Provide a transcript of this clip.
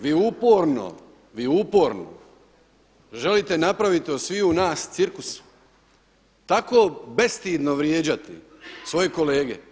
Vi uporno, vi uporno želite napraviti od sviju nas cirkus, tako bestidno vrijeđati svoje kolege.